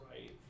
right